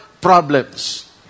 problems